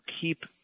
keep